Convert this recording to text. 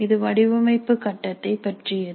இது வடிவமைப்பு கட்டத்தை பற்றியது